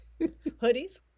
Hoodies